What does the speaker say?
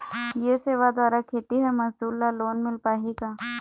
ये सेवा द्वारा खेतीहर मजदूर ला लोन मिल पाही का?